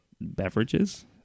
beverages